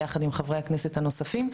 ביחד עם חברי הכנסת הנוספים,